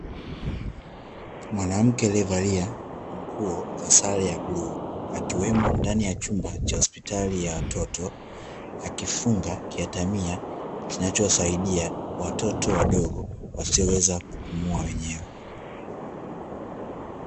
Mwanamke aliyevalia nguo za sare ya bluu, akiwemo ndani ya chumba cha hospitali ya watoto, akifunga kiatamia kinachowasaidia watoto wadogo wasioweza kupumua wenyewe.